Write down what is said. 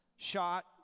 shot